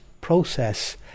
process